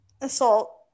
assault